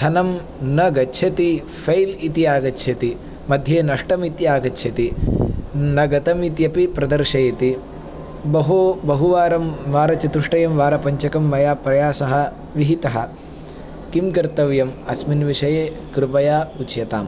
धनं न गच्छति फ़ैल् इति आगच्छति मध्ये नष्टमिति आगच्छति न गतम् इत्यपि प्रदर्शयति बहु बहुवारं वारचतुष्टयं वारपञ्चकं मया प्रयासः विहितः किं कर्तव्यम् अस्मिन् विषये कृपया उच्यताम्